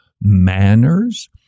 manners